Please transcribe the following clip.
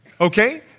okay